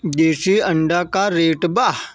देशी अंडा का रेट बा?